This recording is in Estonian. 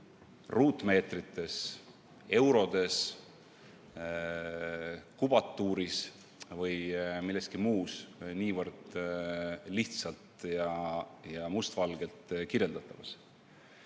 ruutmeetrites, eurodes, kubatuuris või milleski muus väga lihtsalt ja must valgel kirjeldatavas.